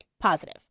positive